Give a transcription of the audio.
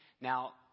Now